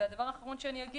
והדבר האחרון,